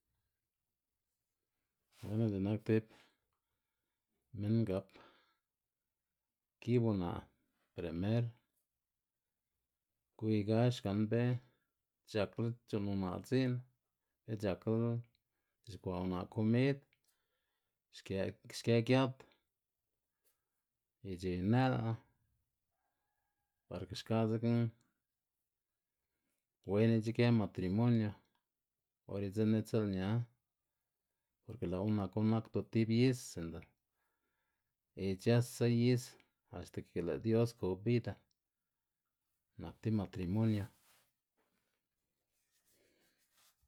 bueno x̱i'k nak tib minn gap kib una' primer gwiy gax gan be c̲h̲akla c̲h̲u'nn una' dzi'n, be c̲h̲akla c̲h̲uxkwa' una' komid, xkë'- xkë giat y c̲h̲ey në'l parke xka dzekna wen ic̲h̲akë matrimonio or idzin itsi'lña porke lë'wu naku nakdu tib is sinda ic̲h̲ësa is axta ke lë' dios kob bida nak tib matrimonio.